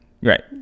Right